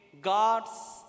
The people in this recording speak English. God's